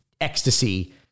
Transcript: ecstasy